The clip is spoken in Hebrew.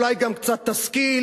אולי גם קצת תשכיל,